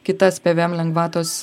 kitas pvm lengvatos